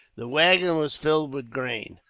the waggon was filled with grain,